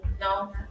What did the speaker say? No